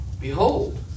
Behold